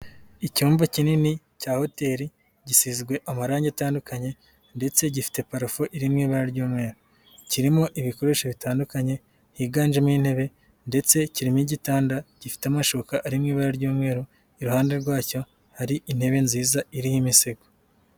Icyumba kinini cya hoteli, gisizwe amarange atandukanye ndetse gifite parafo iri mu ibara ry'umweru. Kirimo ibikoresho bitandukanye, higanjemo intebe ndetse kirimo igitanda gifite amashuka arimoburara ry'umweru, iruhande rwacyo hari intebe nziza iriho imisego.